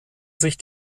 sich